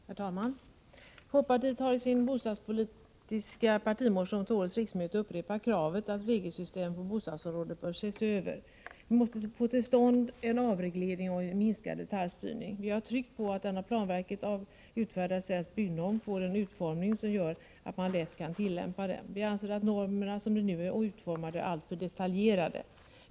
Herr talman! Folkpartiet har i sin bostadspolitiska partimotion till årets riksmöte upprepat kravet att regelsystemet på bostadsområdet bör ses över. Vi måste få till stånd en avreglering och en minskad detaljstyrning. Vi har tryckt på att den av planverket utfärdade Svensk Byggnorm får en utformning som gör att man lätt kan tillämpa den. Vi anser att normerna, som de nu är utformade, är alltför detaljerade.